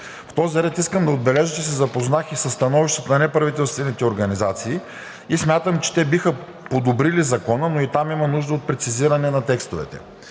В този ред искам да отбележа, че се запознах и със становищата на неправителствените организации и смятам, че те биха подобрили Закона, но и там има нужда от прецизиране на текстовете.